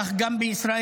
כך גם לישראל.